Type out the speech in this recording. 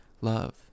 love